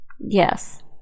Yes